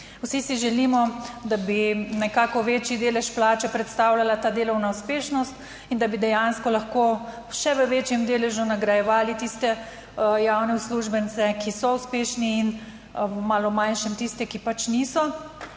Vsi si želimo, da bi nekako večji delež plače predstavljala ta delovna uspešnost, in da bi dejansko lahko še v večjem deležu nagrajevali tiste javne uslužbence, ki so uspešni, in v malo manjšem tiste, ki pač niso,